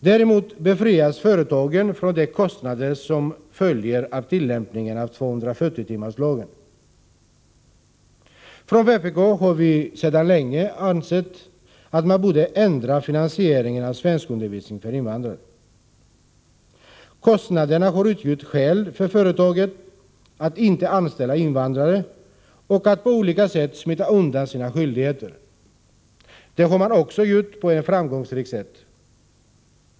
Däremot befrias företagen från de kostnader som följer av tillämpningen av 240-timmarslagen. Från vpk har vi sedan länge ansett att man borde ändra finansieringen av svenskundervisningen för invandrare. Kostnaderna har utgjort skäl för företagen att inte anställa invandrare och att på olika sätt smita undan sina skyldigheter. Det har man också gjort på ett framgångsrikt sätt.